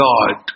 God